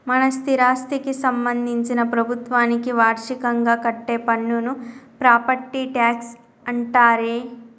మన స్థిరాస్థికి సంబందించిన ప్రభుత్వానికి వార్షికంగా కట్టే పన్నును ప్రాపట్టి ట్యాక్స్ అంటారే